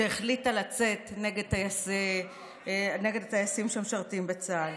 שהחליטה לצאת נגד הטייסים שמשרתים בצה"ל.